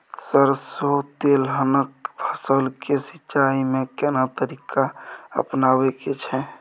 सरसो तेलहनक फसल के सिंचाई में केना तरीका अपनाबे के छै?